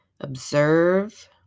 Observe